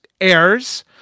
airs